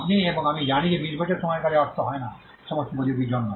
এবং আপনি এবং আমি জানি যে 20 বছরের সময়কালের অর্থ হয় না সমস্ত প্রযুক্তির জন্য